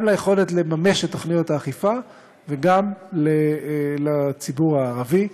גם ליכולת לממש את תוכניות האכיפה וגם לציבור הערבי.